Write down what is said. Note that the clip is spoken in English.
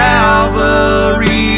Calvary